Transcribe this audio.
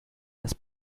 des